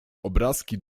obrazki